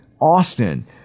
Austin